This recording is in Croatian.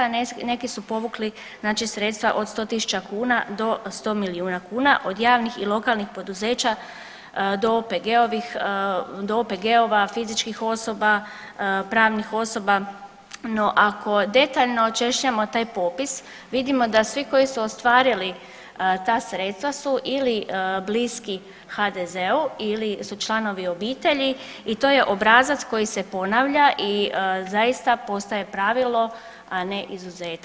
Neki su povukli znači sredstva od 100.000 kuna do 100 milijuna kuna od javnih i lokalnih poduzeća do OPG-ovih, do OPG-ova, fizičkih osoba, pravnih osoba, no ako detaljno češljamo taj popis vidimo da svi koji su ostvarili ta sredstva su ili bliski HDZ-u ili su članovi obitelji i to je obrazac koji se ponavlja i zaista postaje pravilo, a ne izuzetak.